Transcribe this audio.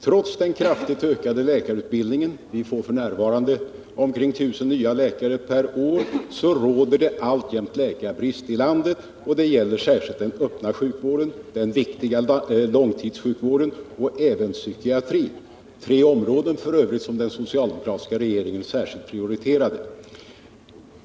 Trots den kraftigt ökade läkarutbildningen — med ca 1000 nya läkare per år — råder alltjämt läkarbrist i landet. Det är särskilt den öppna sjukvården, den viktiga långtidssjukvården och även psykiatrin som har svårigheter —-tre områden som den socialdemokratiska regeringen särskilt prioriterade.